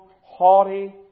Haughty